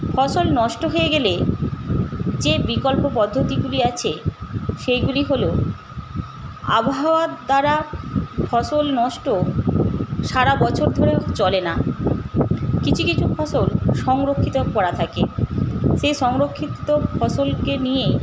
ফসল নষ্ট হয়ে গেলে যে বিকল্প পদ্ধতিগুলি আছে সেগুলি হল আবহাওয়ার দ্বারা ফসল নষ্ট সারা বছর ধরে চলে না কিছু কিছু ফসল সংরক্ষিত করা থাকে সেই সংরক্ষিত ফসলকে নিয়ে